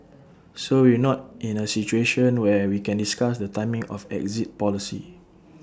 so we're not in A situation where we can discuss the timing of exit policy